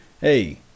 hey